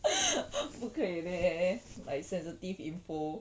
不可以 leh like sensitive info